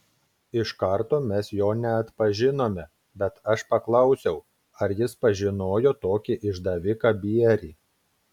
iš karto mes jo neatpažinome bet aš paklausiau ar jis pažinojo tokį išdaviką bierį